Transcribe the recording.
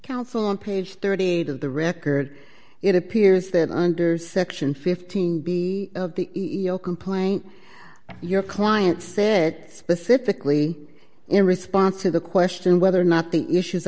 counsel on page thirty eight of the record it appears that under section fifteen b of the complaint your client say it specifically in response to the question whether or not the issues